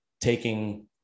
taking